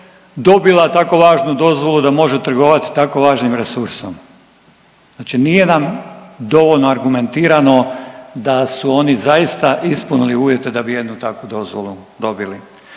dobila tako važnu dozvolu da može trgovat s tako važnim resursom, znači nije nam dovoljno argumentirano da su oni zaista ispunili uvjete da bi jednu takvu dozvolu dobili.